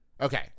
okay